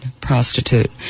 prostitute